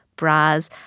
bras